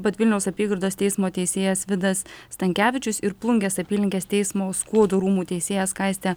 bet vilniaus apygardos teismo teisėjas vidas stankevičius ir plungės apylinkės teismo skuodo rūmų teisėja skaistė